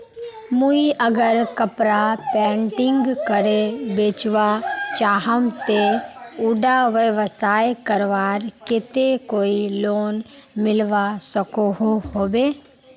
मुई अगर कपड़ा पेंटिंग करे बेचवा चाहम ते उडा व्यवसाय करवार केते कोई लोन मिलवा सकोहो होबे?